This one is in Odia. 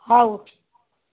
ହେଉ